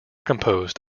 composed